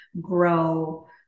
grow